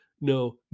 No